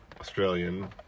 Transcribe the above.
Australian